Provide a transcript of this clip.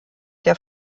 der